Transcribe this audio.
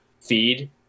feed